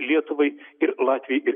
lietuvai ir latvijai ir